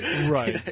Right